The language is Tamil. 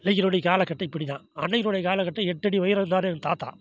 இன்னைக்கினுடைய காலகட்டம் இப்படி தான் அன்னைக்கினுடைய காலகட்டம் எட்டடி உயரம் இருந்தார் என் தாத்தா